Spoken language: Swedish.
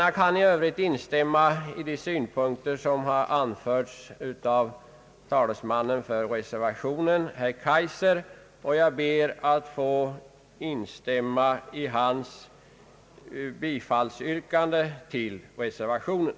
Jag kan i övrigt instämma i de synpunkter som anförts av talesmannen för reservationen, herr Kaijser, och jag ber att få ansluta mig till hans yrkande om bifall till reservationen.